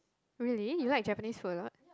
really you like Japanese food a lot